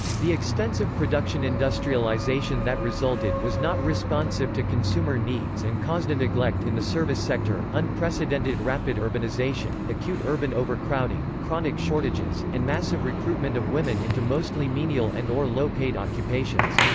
the extensive production industrialization that resulted was not responsive to consumer needs and caused a neglect in the service sector, unprecedented rapid urbanization, acute urban overcrowding, chronic shortages, and massive recruitment of women into mostly menial and or low-paid occupations.